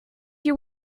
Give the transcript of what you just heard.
your